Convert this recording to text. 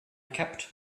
kept